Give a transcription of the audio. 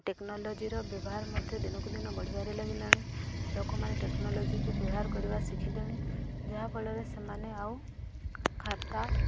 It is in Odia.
ଟେକ୍ନୋଲୋଜିର ବ୍ୟବହାର ମଧ୍ୟ ଦିନକୁ ଦିନ ବଢ଼ିବାରେ ଲାଗିଲାଣି ଲୋକମାନେ ଟେକ୍ନୋଲୋଜିକୁ ବ୍ୟବହାର କରିବା ଶିଖିଲେଣି ଯାହାଫଳରେ ସେମାନେ ଆଉ ଖାତା